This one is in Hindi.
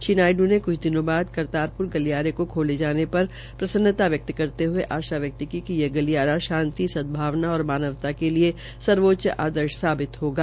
श्री नायडू ने कुछ दिनों बाद करतारप्र गलियारे का खाले जानेपर प्रसन्नता व्यक्त करते हये आशा व्यक्त की कि यह गलियारा शांति सदभावना और मानवात के लिए सर्वोच्च आदर्श साबित हणा